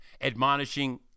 admonishing